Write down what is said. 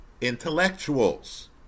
intellectuals